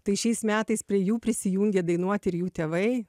tai šiais metais prie jų prisijungė dainuoti ir jų tėvai